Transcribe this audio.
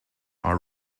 are